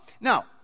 Now